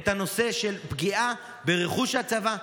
בנושא של פגיעה ברכוש של הצבא,